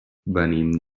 venim